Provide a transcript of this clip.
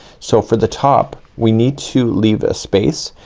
so for the top, we need to leave a space.